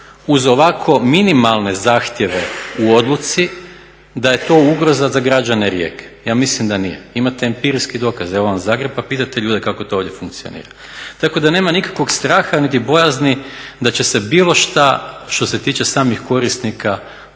uz ovako minimalne zahtjeve u odluci da je to ugroza za građane Rijeke. Ja mislim da nije. Imate empirijski dokaz. Evo vam Zagreb, pa pitajte ljude kako to ovdje funkcionira. Tako da nema nikakvog straha niti bojazni da će se bilo šta što se tiče samih korisnika tu